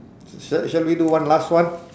sh~ shall we do one last one